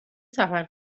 سفر